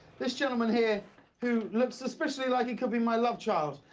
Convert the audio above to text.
this gentleman here who looks suspiciously like he could be my love child.